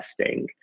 testing